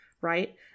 right